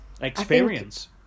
Experience